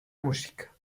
música